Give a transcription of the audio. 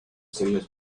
всерьез